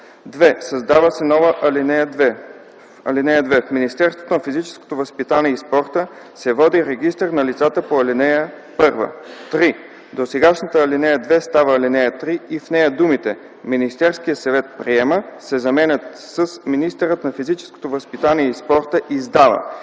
2. Създава се нова ал. 2: „(2) В Министерството на физическото възпитание и спорта се води регистър на лицата по ал. 1”. 3. Досегашната ал. 2 става ал. 3 и в нея думите „Министерският съвет приема” се заменят с „министърът на физическото възпитание и спорта издава”